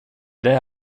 det